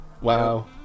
Wow